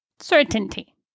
certainty